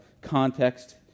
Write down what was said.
context